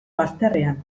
bazterrean